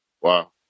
Wow